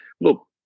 look